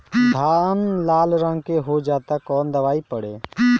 धान लाल रंग के हो जाता कवन दवाई पढ़े?